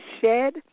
Shed